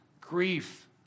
grief